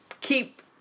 keep